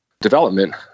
development